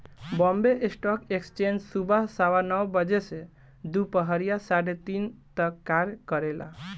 Bombay stock exchange सुबह सवा नौ बजे से दूपहरिया साढ़े तीन तक कार्य करेला